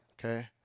Okay